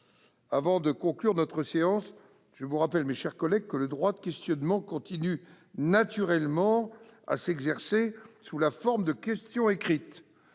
Avant de conclure notre séance, je vous rappelle, mes chers collègues, que le droit de questionnement continue également à s'exercer sous la forme des questions écrites